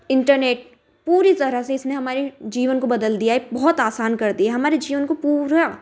internet पूरी तरह से इसने हमारी जीवन को बदल दिया है बहुत आसान कर दिया हमारी जीवन को पूरा